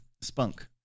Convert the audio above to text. spunk